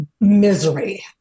misery